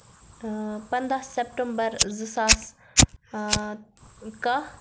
پنٛداہ سیٚپٹمبر زٕ ساس کاہ